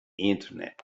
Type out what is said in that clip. internet